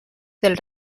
del